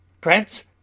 Prince